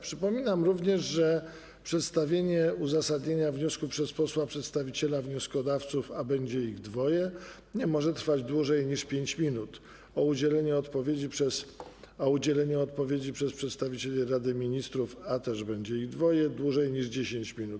Przypominam również, że przedstawienie uzasadnienia wniosku przez posłów przedstawicieli wnioskodawców, a będzie ich dwoje, nie może trwać dłużej niż 5 minut, a udzielenie odpowiedzi przez przedstawicieli Rady Ministrów, a też będzie ich dwoje - dłużej niż 10 minut.